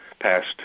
past